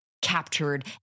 captured